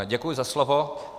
Děkuji za slovo.